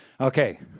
Okay